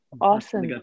Awesome